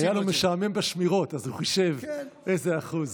היה לו משעמם בשמירות אז הוא חישב איזה אחוז.